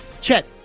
Chet